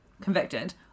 convicted